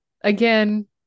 again